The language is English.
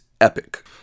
epic